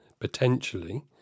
Potentially